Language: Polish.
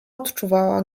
odczuwała